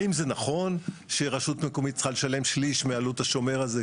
האם זה נכון שרשות מקומית צריכה לשלם שליש מעלות השומר הזה?